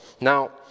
Now